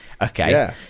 Okay